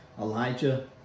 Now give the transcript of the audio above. elijah